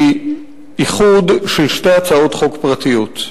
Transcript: היא איחוד של שתי הצעות חוק פרטיות.